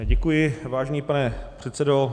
Děkuji, vážený pane předsedo.